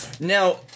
Now